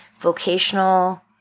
vocational